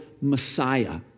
Messiah